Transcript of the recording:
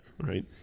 Right